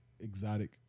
Exotic